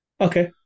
Okay